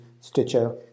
Stitcher